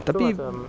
tapi